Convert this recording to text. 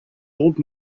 old